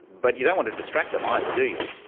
but you don't want to distract them either, do you.